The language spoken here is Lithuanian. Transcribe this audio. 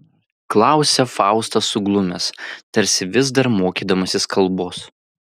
klausia faustas suglumęs tarsi vis dar mokydamasis kalbos